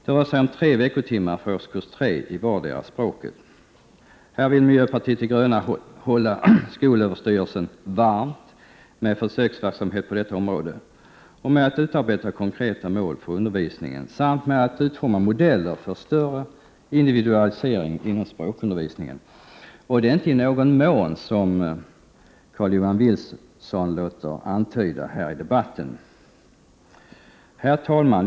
Det rör sig om tre veckotimmar i 73 relsen varm med försöksverksamhet på detta område och med att utarbeta konkreta mål för undervisningen och utforma modeller för större individualisering inom språkundervisningen — och detta inte ”i någon mån”, som Carl-Johan Wilson låter antyda här i debatten. Herr talman!